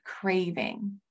craving